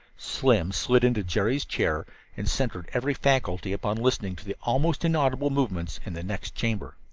slim slid into jerry's chair and centered every faculty upon listening to the almost inaudible movements in the next chamber.